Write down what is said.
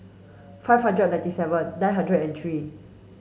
five hundred and ninety seven nine hundred and three